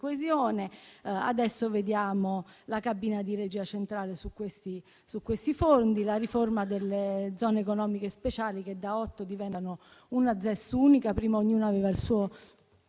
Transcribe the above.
coesione, adesso vediamo la cabina di regia centrale su questi fondi, la riforma delle zone economiche speciali, che da otto diventano una unica: prima ognuna aveva il suo